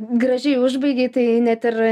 gražiai užbaigei tai net ir